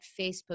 Facebook